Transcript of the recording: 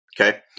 Okay